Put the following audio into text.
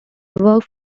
worked